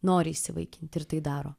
nori įsivaikinti ir tai daro